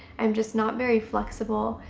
i'm just not very flexible.